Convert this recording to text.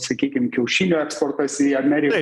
sakykim kiaušinių eksportas į ameriką